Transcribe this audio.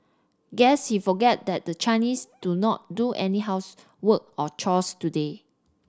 guess he forgot that the Chinese do not do any housework or chores today